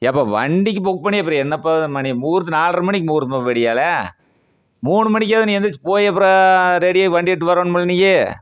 ஏன்ப்பா வண்டிக்கு புக் பண்ணி அப்புறம் என்னப்பா மணி முகூர்த்தம் நாலர மணிக்கு முகூர்த்தம்ப்பா விடியகாலை மூணு மணிக்கியாவது நீ எந்திரிச்சு போய் அப்புறம் ரெடியாகி வண்டி எடுத்துட்டு வரணும்ல நீ